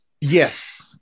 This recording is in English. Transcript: Yes